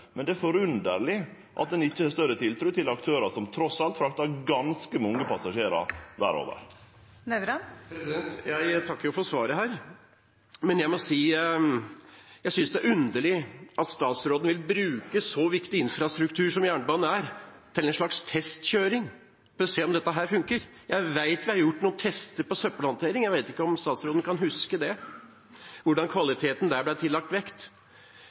men det er underleg at ein ikkje har større tiltru til aktørar som trass alt fraktar ganske mange passasjerar verda over. Arne Nævra – til oppfølgingsspørsmål. Jeg takker for svaret, men jeg må si at jeg synes det er underlig at statsråden vil bruke en så viktig infrastruktur som jernbanen til en slags testkjøring for å se om dette fungerer. Jeg vet det er gjort noen tester med søppelhåndtering. Jeg vet ikke om statsråden kan huske hvordan kvaliteten da ble tillagt vekt?